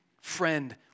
friend